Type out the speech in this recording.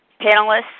Panelists